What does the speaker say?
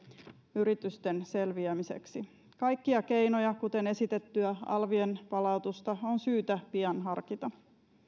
yritysten selviämiseksi kaikkia keinoja kuten esitettyä alvien palautusta on syytä pian harkita